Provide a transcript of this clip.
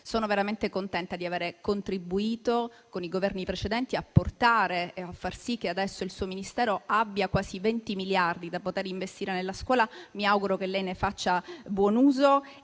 Sono veramente contenta di avere contribuito con i Governi precedenti a far sì che adesso il suo Ministero abbia quasi 20 miliardi da poter investire nella scuola. Mi auguro che lei ne faccia buon uso.